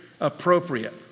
appropriate